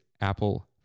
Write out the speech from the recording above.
apple